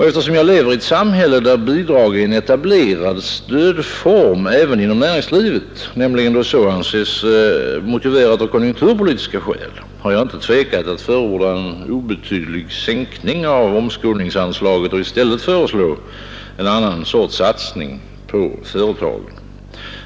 Eftersom jag lever i ett samhälle där bidragen är en etablerad stödform även inom näringslivet, nämligen då så anses motiverat av konjunkturpolitiska skäl, har jag inte tvekat att förorda en obetydlig sänkning av omskolningsanslaget och i stället föreslå en annan sorts satsning på företagen.